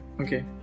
okay